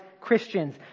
Christians